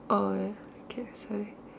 orh okay sorry